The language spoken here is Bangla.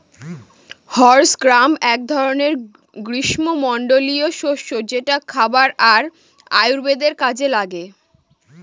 হর্স গ্রাম এক ধরনের গ্রীস্মমন্ডলীয় শস্য যেটা খাবার আর আয়ুর্বেদের কাজে লাগে